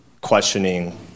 questioning